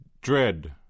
Dread